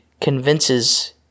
convinces